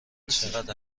چقدر